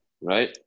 Right